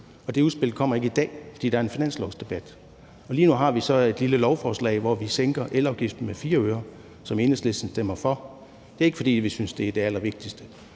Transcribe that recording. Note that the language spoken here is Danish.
det udspil kommer ikke i dag, fordi der er en finanslovsdebat. Lige nu har vi så et lille lovforslag, hvor vi sænker elafgiften med 4 øre, som Enhedslisten stemmer for, og det er ikke, fordi vi synes, det er det allervigtigste,